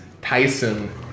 Tyson